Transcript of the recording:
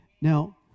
Now